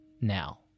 now